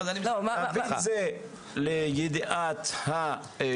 יש להביא זאת לידיעת כל הגורמים.